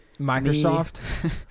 Microsoft